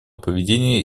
поведения